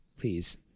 please